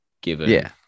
given